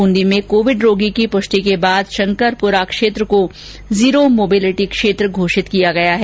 बूंदी में कोविड रोगी की प्रष्टि के बाद शंकरपुरा क्षेत्र को जीरो मॉबिलिटी क्षेत्र घोषित किया गया है